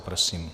Prosím.